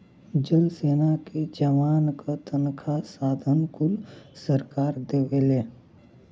जल सेना के जवान क तनखा साधन कुल सरकारे देवला